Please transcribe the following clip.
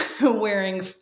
wearing